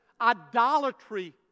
idolatry